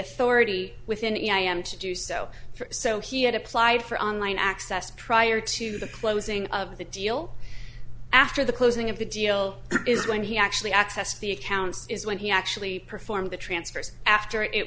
authority within am to do so for so he had applied for online access prior to the closing of the deal after the closing of the deal is going he actually accessed the accounts is when he actually performed the transfers after it